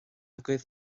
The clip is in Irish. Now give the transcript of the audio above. agaibh